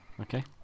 Okay